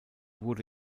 wurde